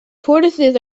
tortoises